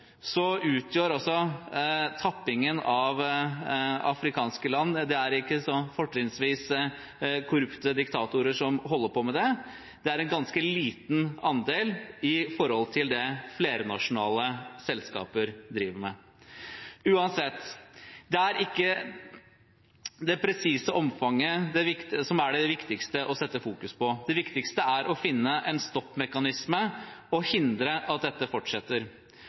det altså ikke fortrinnsvis korrupte diktatorer som holder på med denne tappingen av afrikanske land. Det er en ganske liten andel i forhold til det som flernasjonale selskaper driver med. Uansett – det er ikke det presise omfanget som er det viktigste å fokusere på. Det viktigste er å finne en stoppmekanisme og hindre at dette fortsetter.